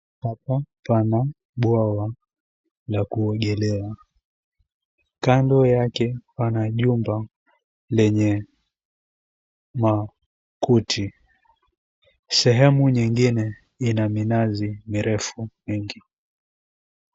Hapa pana bawa la kuogelea kando lake kuna majumba yenye makuti sehemu ingine inaminazi mirefu mingi.